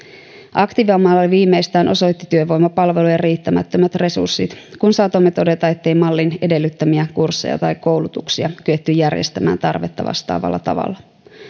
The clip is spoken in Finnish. aktiivimalli viimeistään osoitti työvoimapalvelujen riittämättömät resurssit kun saatoimme todeta ettei mallin edellyttämiä kursseja tai koulutuksia kyetty järjestämään tarvetta vastaavalla tavalla